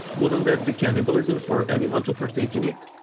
wouldn't that be cannibalism for anyone to partake in it?